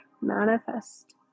manifest